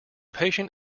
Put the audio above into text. patient